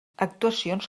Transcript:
actuacions